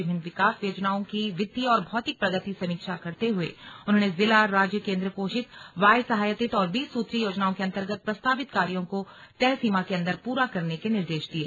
विभिन्न विकास योजनाओं की वित्तीय और भौतिक प्रगति समीक्षा करते हुए उन्होंने जिला राज्य केन्द्र पोषित वाह्य सहायतित और बीस सूत्री योजनाओं के अन्तर्गत प्रस्तावित कार्यों को तय समय सीमा के अंदर पूरा करने के निर्देश दिये